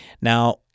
Now